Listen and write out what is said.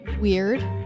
weird